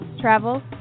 travel